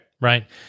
Right